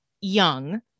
young